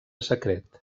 secret